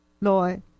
Lord